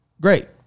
Great